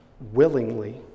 willingly